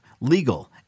legal